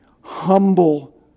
humble